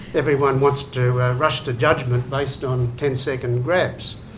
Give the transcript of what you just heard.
everyone wants to rush to judgment based on ten second grabs.